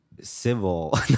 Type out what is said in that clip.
civil